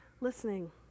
listening